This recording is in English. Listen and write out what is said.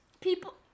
people